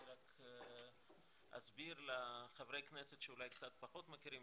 אני רק אסביר לחברי הכנסת שאולי קצת פחות מכירים,